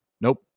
Nope